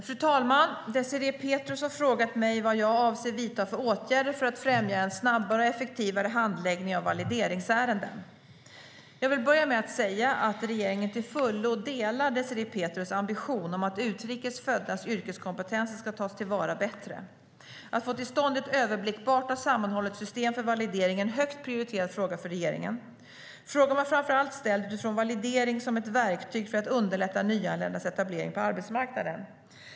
Fru talman! Désirée Pethrus har frågat mig vad jag avser att vidta för åtgärder för att främja en snabbare och effektivare handläggning av valideringsärenden. Jag vill börja med att säga att regeringen till fullo delar Désirée Pethrus ambition att utrikes föddas yrkeskompetenser ska tas till vara bättre. Att få till stånd ett överblickbart och sammanhållet system för validering är en högt prioriterad fråga för regeringen. Frågan var framför allt ställd utifrån validering som ett verktyg för att underlätta nyanländas etablering på arbetsmarknaden.